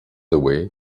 away